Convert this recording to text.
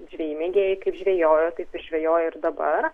žvejai mėgėjai kaip žvejojo taip ir žvejoja ir dabar